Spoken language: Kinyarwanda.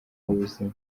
w’ubuzima